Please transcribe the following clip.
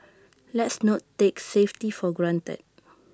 let's not take safety for granted